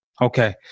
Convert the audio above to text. Okay